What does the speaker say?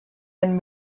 and